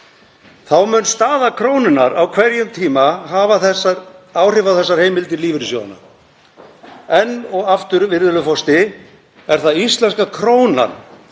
Þá mun staða krónunnar á hverjum tíma hafa áhrif á þessar heimildir lífeyrissjóðanna. Enn og aftur, virðulegur forseti, er það íslenska krónan